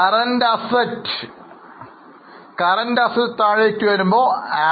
Current ആസ്തി കുറയുന്നത് Add